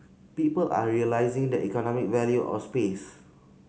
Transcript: people are realising the economic value of space